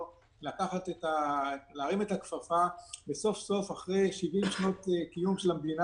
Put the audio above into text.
להרים את הכפפה וסוף-סוף אחרי 70 שנות קיום של המדינה